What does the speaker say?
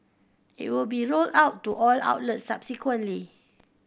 it will be rolled out to all outlets subsequently